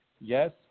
yes